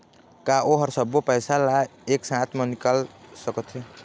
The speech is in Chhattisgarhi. का ओ हर सब्बो पैसा ला एक साथ म निकल सकथे?